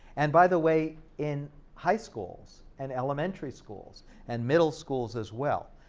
and by the way, in high schools and elementary schools and middle schools as well.